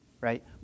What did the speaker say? right